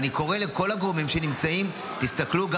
ואני קורא לכל הגורמים שנמצאים: תסתכלו גם